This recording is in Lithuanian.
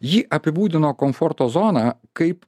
ji apibūdino komforto zoną kaip